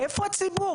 איפה הציבור?